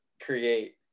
create